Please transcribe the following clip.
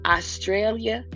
Australia